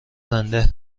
زنده